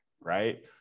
right